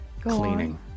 Cleaning